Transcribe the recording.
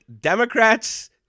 Democrats